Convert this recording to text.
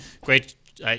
Great